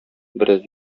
бераз